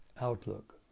outlook